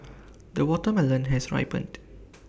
the watermelon has ripened